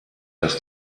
dass